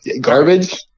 garbage